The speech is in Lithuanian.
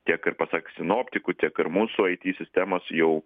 tiek ir pasak sinoptikų tiek ir mūsų it sistemos jau